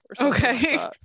Okay